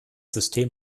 system